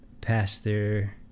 pastor